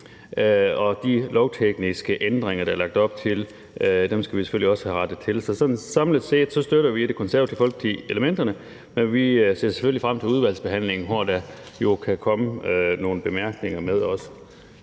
De lovtekniske ændringer, der er lagt op til, skal vi selvfølgelig også have rettet til. Så samlet set støtter vi i Det Konservative Folkeparti elementerne, men vi ser selvfølgelig frem til udvalgsbehandlingen, hvor der jo også kan komme nogle bemærkninger med.